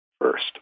first